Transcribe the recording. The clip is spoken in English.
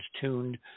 tuned